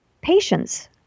patience